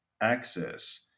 access